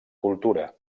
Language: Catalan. cultura